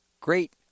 great